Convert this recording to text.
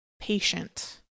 patient